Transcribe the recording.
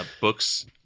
Books